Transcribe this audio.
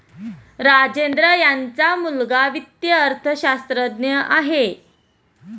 राजेंद्र यांचा मुलगा वित्तीय अर्थशास्त्रज्ञ आहे